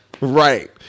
Right